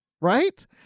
right